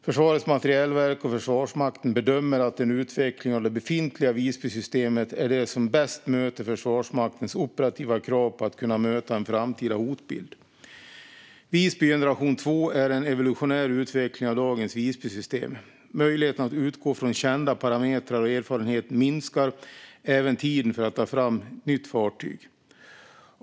Försvarets materielverk och Försvarsmakten bedömer att en utveckling av det befintliga Visbysystemet är det som bäst möter Försvarsmaktens operativa krav på att kunna möta en framtida hotbild. Visby Generation 2 är en evolutionär utveckling av dagens Visbysystem. Möjligheten att utgå från kända parametrar och erfarenheter minskar även tiden för att ta fram ett nytt fartyg.